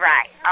Right